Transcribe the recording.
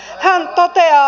hän toteaa